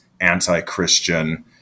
anti-Christian